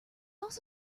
also